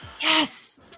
Yes